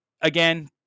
Again